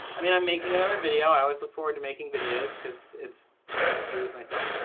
i mean, i'm making another video. i always look forward to making videos because it's what i do with myself.